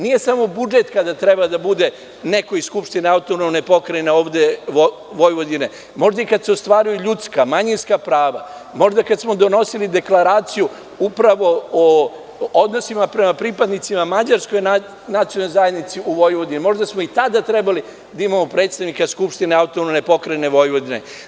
Nije samo budžet kada ovde treba da bude neko iz Skupštine AP Vojvodine, nego i kad se ostvaruju ljudska, manjinska prava, možda kad smo donosili Deklaraciju o odnosima prema pripadnicima Mađarskoj nacionalnoj zajednici u Vojvodini, možda smo i tada trebali da imamo predstavnika Skupštine AP Vojvodine.